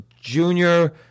Junior